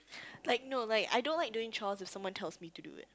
like no like I don't like doing chores if someone tells me to do it